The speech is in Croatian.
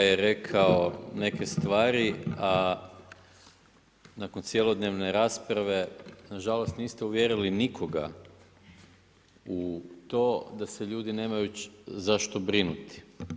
Kolega je rekao neke stvari a nakon cjelodnevne rasprave nažalost niste uvjerili nikoga u to da se ljudi nemaju za što brinuti.